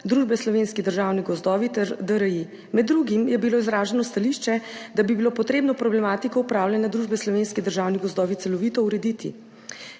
družbe Slovenski državni gozdovi ter DRI. Med drugim je bilo izraženo stališče, da bi bilo potrebno problematiko upravljanja družbe Slovenski državni gozdovi celovito urediti.